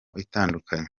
itandukanye